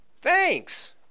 thanks